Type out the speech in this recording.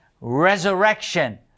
resurrection